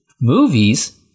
Movies